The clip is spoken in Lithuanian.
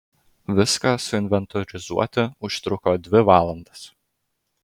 viską suinventorizuoti užtruko dvi valandas